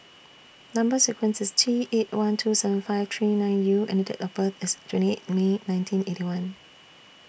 Number sequence IS T eight one two seven five three nine U and Date of birth IS twentieth May nineteen Eighty One